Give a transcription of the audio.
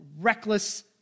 reckless